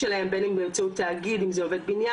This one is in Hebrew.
לשכה פרטית אם זה עובד בסיעוד,